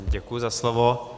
Děkuji za slovo.